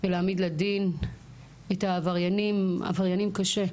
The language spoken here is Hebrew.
ולהעמיד לדין את העבריינים, עבריינים קשה,